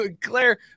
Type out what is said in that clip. claire